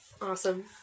awesome